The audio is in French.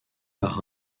par